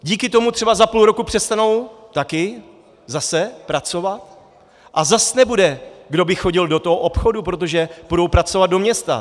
Díky tomu třeba za půl roku přestanou také zase pracovat, a zase nebude, kdo by chodil do obchodu, protože půjdou pracovat do města.